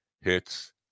hits